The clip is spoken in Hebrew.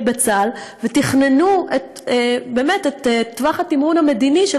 בצה"ל ותכננו באמת את טווח התמרון המדיני של